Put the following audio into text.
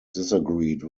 disagreed